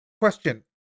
question